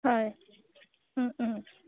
হয়